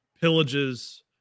pillages